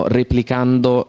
replicando